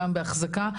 גם בהחזקה.